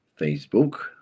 Facebook